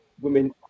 women